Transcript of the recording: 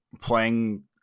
playing